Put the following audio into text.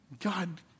God